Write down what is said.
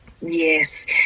Yes